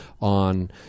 on